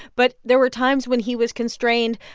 but there were times when he was constrained.